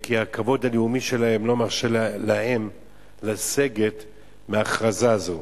כי הכבוד הלאומי שלהם לא מרשה להם לסגת מההכרזה הזאת.